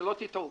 שלא תטעו,